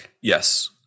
Yes